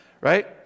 Right